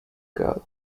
girl